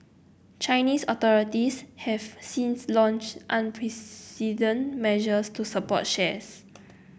Chinese authorities have since launched unprecedented measures to support shares